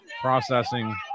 processing